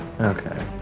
Okay